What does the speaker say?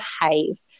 behave